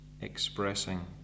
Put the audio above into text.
expressing